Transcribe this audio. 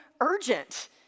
urgent